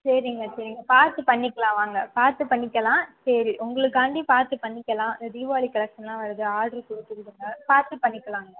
சரிங்க சரிங்க பார்த்து பண்ணிக்கலாம் வாங்க பார்த்து பண்ணிக்கலாம் சரி உங்களுக்காண்டி பார்த்து பண்ணிக்கலாம் தீபாளி கலெக்சன்லாம் வருது ஆர்டர் கொடுத்துருக்கோங்க பார்த்து பண்ணிக்கலாங்க